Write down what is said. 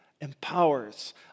empowers